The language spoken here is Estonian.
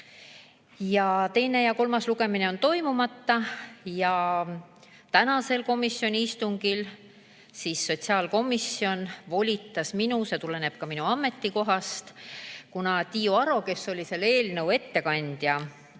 Teine ja kolmas lugemine on toimumata. Ja tänasel komisjoni istungil sotsiaalkomisjon volitas minu, see tuleneb minu ametikohast – kuna Tiiu Aro, kes oli algselt selle eelnõu ettekandja,